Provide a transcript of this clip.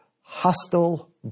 hostile